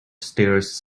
stairs